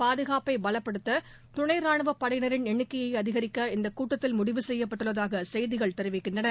பாதுகாப்பைபலப்படுத்ததுணைராணுவப் படையினரின் எண்ணிக்கையைஅதிகரிக்க இந்தக் கூட்டத்தில் முடிவு செய்யப்பட்டதாகசெய்திகள் தெரிவிக்கின்றன